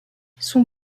son